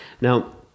Now